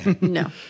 No